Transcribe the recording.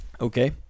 Okay